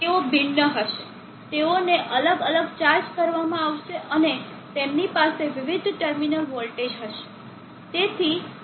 તેઓ ભિન્ન હશે તેઓને અલગ અલગ ચાર્જ કરવામાં આવશે અને તેમની પાસે વિવિધ ટર્મિનલ વોલ્ટેજ હશે